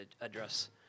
address